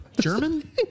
German